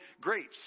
grapes